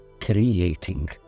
creating